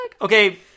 Okay